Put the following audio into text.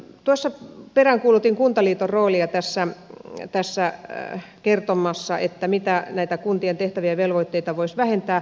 tuossa peräänkuulutin kuntaliiton roolia sen kertomisessa mitä kuntien tehtäviä ja velvoitteita voisi vähentää